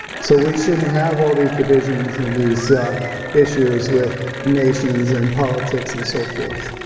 so we shouldn't have all these divisions and these issues with nations and politics and so forth,